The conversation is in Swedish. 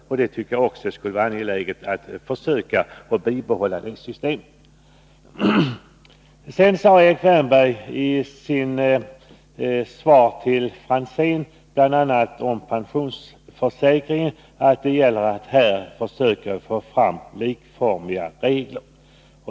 Det borde vara angeläget att försöka bibehålla det systemet. I sitt svar till Tommy Franzén om pensionsförsäkringen sade Erik Wärnberg att det gäller att försöka få fram likformiga regler.